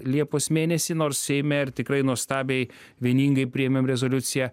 liepos mėnesį nors seime ir tikrai nuostabiai vieningai priėmėm rezoliuciją